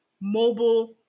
mobile